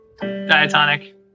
diatonic